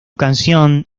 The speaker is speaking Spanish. canción